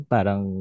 Parang